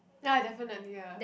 ya definitely ah